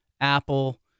Apple